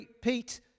Pete